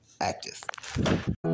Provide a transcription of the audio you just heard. active